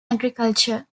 agriculture